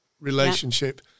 relationship